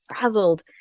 frazzled